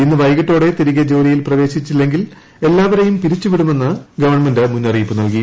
ഇന്ന് വൈകിട്ടോടെ തിരികെ ജോലിയിൽ പ്രവേശിച്ചില്ലെങ്കിൽ എല്ലാവരേയും പിരിച്ചുവിടുമെന്ന് ഗവൺമെന്റ് മുന്നറിയിപ്പ് ന്ൽകി